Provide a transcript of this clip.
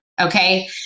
Okay